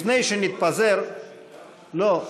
לפני שנתפזר, לא.